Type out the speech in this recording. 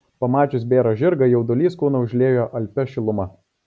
pamačius bėrą žirgą jaudulys kūną užliejo alpia šiluma